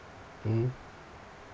mmhmm